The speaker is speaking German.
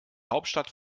hauptstadt